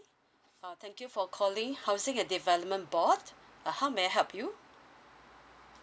uh thank you for calling housing and development board uh how may I help you